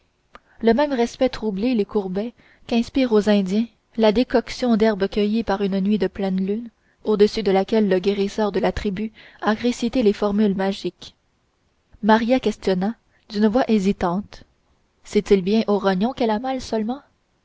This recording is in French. le même respect troublé les courbait qu'inspire aux indiens la décoction d'herbes cueillies par une nuit de pleine lune au-dessus de laquelle le guérisseur de la tribu a récité les formules magiques maria questionna d'une voix hésitante c'est-il bien aux rognons qu'elle a mal seulement